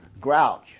grouch